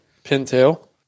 pintail